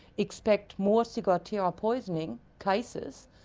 expect more ciguatera poisoning cases